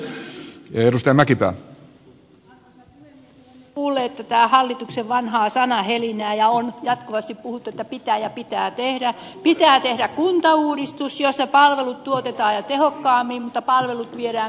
olemme kuulleet tätä hallituksen vanhaa sanahelinää on jatkuvasti puhuttu että pitää ja pitää tehdä pitää tehdä kuntauudistus jossa palvelut tuotetaan tehokkaammin mutta viedään kauemmas